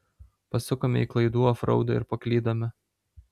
pasukome į klaidų ofraudą ir paklydome